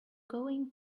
going